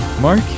Mark